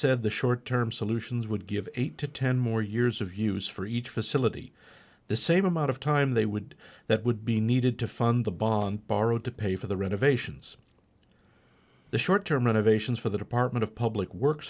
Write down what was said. said the short term solutions would give eight to ten more years of use for each facility the same amount of time they would that would be needed to fund the bond borrowed to pay for the renovations the short term innovations for the department of public works